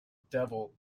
devil